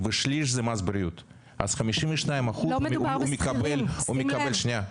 ושליש הוא מס בריאות -- לא מדובר בשכירים; שים לב.